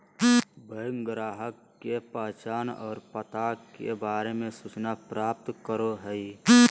bank ग्राहक के पहचान और पता के बारे में सूचना प्राप्त करो हइ